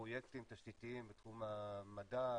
פרויקטים תשתיתיים בתחום המדע,